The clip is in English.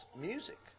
music